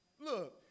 Look